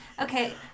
okay